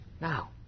Now